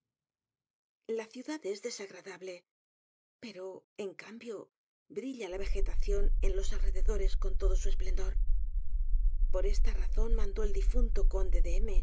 la ciudad es desagradable pero en cambio brilla la vejetacion en los alrededores con todo su esplendor por esta razón mandó el difunto conde de